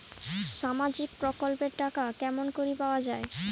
সামাজিক প্রকল্পের টাকা কেমন করি পাওয়া যায়?